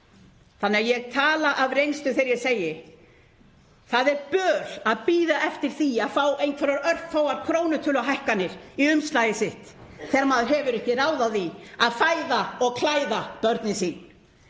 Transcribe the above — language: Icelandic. þannig að ég tala af reynslu þegar ég segi: Það er böl að bíða eftir því að fá einhverjar örfáar krónutöluhækkanir í umslagið sitt þegar maður hefur ekki ráð á því að fæða og klæða börnin sín.